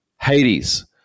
Hades